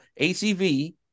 ACV